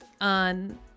On